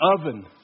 oven